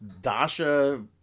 Dasha